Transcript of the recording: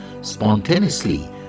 spontaneously